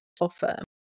offer